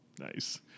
nice